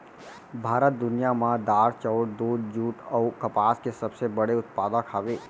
भारत दुनिया मा दार, चाउर, दूध, जुट अऊ कपास के सबसे बड़े उत्पादक हवे